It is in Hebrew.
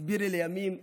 הסביר לי לימים אבי,